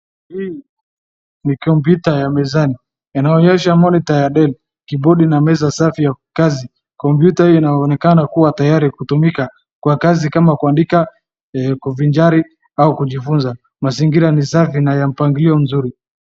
Hii ni kompyuta ya mezani, inaonyesha monitor ya deli, kibudi na meza safi ya kazi. Kompyuta hii inaonekana kuwa tayari kutumika kwa kazi kama kuandika, kuvinjari, au kujifunza. Mazingira ni safi na ya mpangilio mzuri.